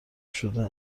شده